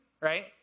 right